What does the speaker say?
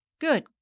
Good